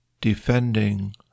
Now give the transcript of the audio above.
defending